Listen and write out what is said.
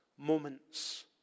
moments